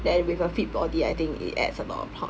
then with a fit body I think it adds a lot of po~